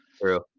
True